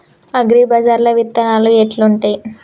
అగ్రిబజార్ల విత్తనాలు ఎట్లుంటయ్?